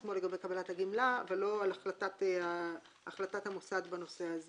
עצמו לגבי קבלת הגמלה ולא על החלטת המוסד בנושא הזה.